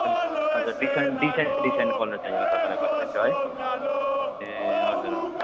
अलिक हजुर decent decent decent colour चाहिएको तपाईँलाई भनेपछि है ए हजुर हजुर